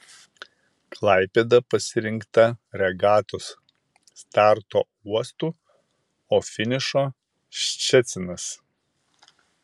klaipėda pasirinkta regatos starto uostu o finišo ščecinas